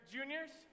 Juniors